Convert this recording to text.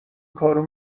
کارو